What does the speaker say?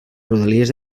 rodalies